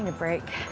and break.